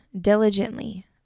diligently